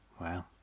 Wow